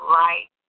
right